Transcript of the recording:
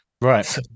Right